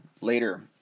later